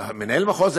מנהל מחוז,